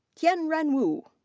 tianren wu.